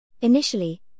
Initially